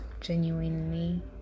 genuinely